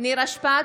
נירה שפק,